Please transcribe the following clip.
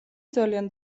ძალიან